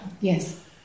Yes